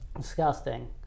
Disgusting